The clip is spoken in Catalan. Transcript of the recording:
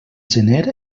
gener